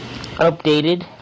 updated